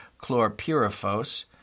chlorpyrifos